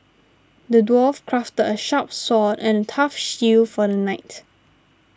the dwarf crafted a sharp sword and a tough shield for the knight